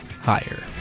higher